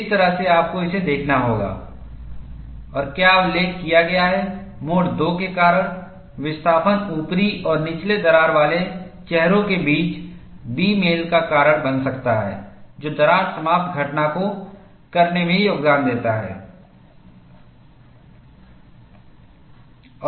इस तरह से आपको इसे देखना होगा और क्या उल्लेख किया गया है मोड II के कारण विस्थापन ऊपरी और निचले दरार वाले चेहरों के बीच बे मेल का कारण बन सकता है जो दरार समाप्त घटना को करने में योगदान देता है